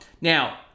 Now